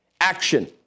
action